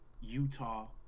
Utah